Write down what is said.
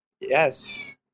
Yes